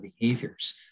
behaviors